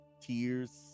tears